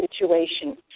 situation